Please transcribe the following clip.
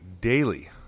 daily